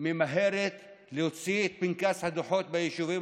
ממהרת להוציא את פנקס הדוחות ביישובים